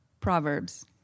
Proverbs